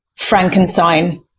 Frankenstein